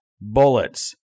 bullets